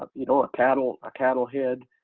ah you know a cattle, a cattle head